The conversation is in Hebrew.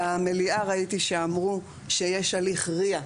במליאה ראיתי שאמרו שיש הליך RIA,